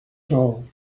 tall